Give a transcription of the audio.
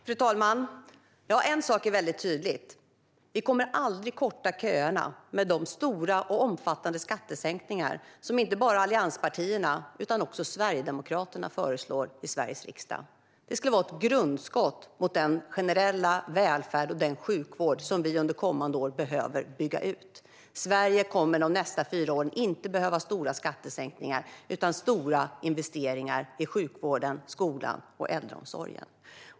Fru talman! En sak är väldigt tydlig: Vi kommer aldrig att korta köerna med de stora och omfattande skattesänkningar som inte bara allianspartierna utan även Sverigedemokraterna föreslår i Sveriges riksdag. Det skulle vara ett grundskott mot den generella välfärd och sjukvård vi under kommande år behöver bygga ut. Sverige kommer under de nästa fyra åren inte att behöva stora skattesänkningar, utan Sverige kommer att behöva stora investeringar i sjukvården, skolan och äldreomsorgen.